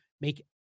Make